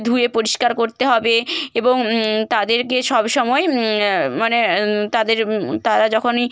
ধুয়ে পরিষ্কার করতে হবে এবং তাদেরকে সবসময় মানে তাদের তারা যখনই